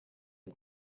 est